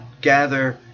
gather